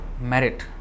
merit